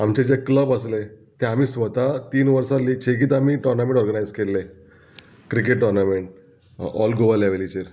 आमचे जे क्लब आसले ते आमी स्वता तीन वर्सां ली शेगीत आमी टॉर्नामेंट ऑर्गनायज केल्ले क्रिकेट टोर्नामेंट ऑल गोवा लॅवलीचेर